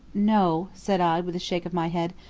no, said i with a shake of my head,